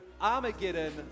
Armageddon